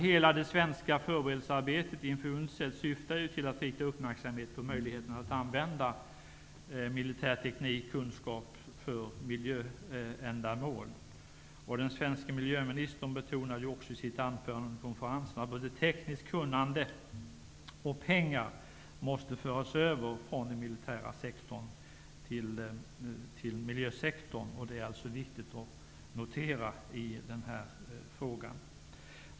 Hela det svenska förberedelsearbetet inför UNCED syftade ju till att rikta uppmärksamhet på möjligheterna att använda militär teknik och kunskap för miljöändamål. Den svenske miljöministern betonade i sitt anförande vid konferensen att både tekniskt kunnande och pengar måste föras över från den militära sektorn till miljösektorn. Det är alltså viktigt att notera detta i denna fråga.